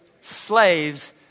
Slaves